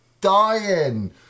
dying